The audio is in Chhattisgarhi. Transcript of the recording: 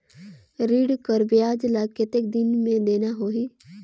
ऋण कर ब्याज ला कतेक दिन मे देना होही?